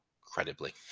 credibly